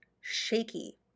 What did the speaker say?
shaky